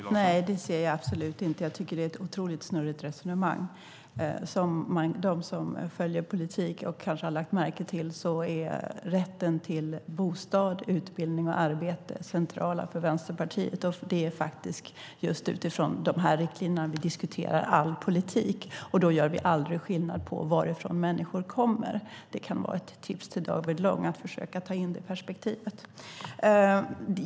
Herr talman! Nej, det ser jag absolut inte. Jag tycker att det är ett otroligt snurrigt resonemang. Som de som följer politik kanske har lagt märke till är rätten till bostad, utbildning och arbete central för Vänsterpartiet. Utifrån de riktlinjerna diskuterar vi all politik, och då gör vi aldrig skillnad på varifrån människor kommer. Det kan vara ett tips till David Lång att försöka ta in det perspektivet.